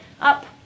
up